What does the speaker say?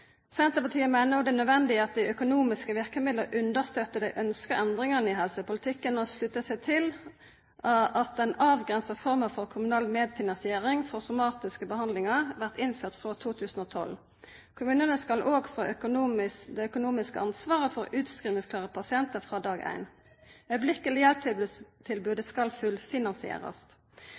Senterpartiet meiner det er nødvendig at dei økonomiske verkemidla understøttar dei ønska endringane i helsepolitikken, og sluttar seg til at den avgrensa forma for kommunal medfinansiering for somatiske behandlingar blir innført frå 2012. Kommunane skal òg få det økonomiske ansvaret for utskrivingsklare pasientar frå dag éin. Straks-hjelp-tilbodet skal fullfinansierast.